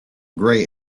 grey